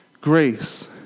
Grace